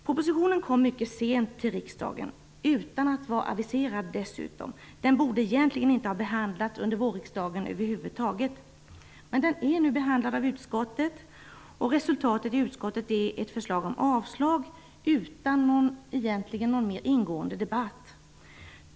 Propositionen kom mycket sent till riksdagen. Dessutom var den inte aviserad. Den borde egentligen inte ha behandlats under vårriksdagen över huvud taget. Men den är nu behandlad av utskottet, och utskottets resultat är ett förslag om avslag utan någon mer ingående debatt.